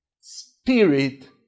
spirit